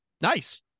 nice